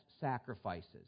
sacrifices